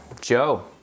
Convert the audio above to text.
Joe